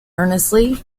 earnestly